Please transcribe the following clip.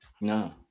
No